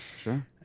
Sure